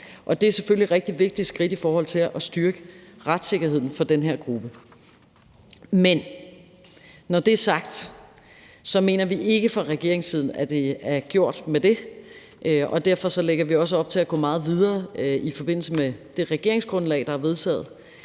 Det er selvfølgelig et rigtig vigtigt skridt i forhold til at styrke retssikkerheden for den her gruppe. Men når det er sagt, mener vi ikke fra regeringens side, at det er gjort med det, og derfor lægger vi også op til at gå meget videre i forbindelse med det regeringsgrundlag, der er vedtaget,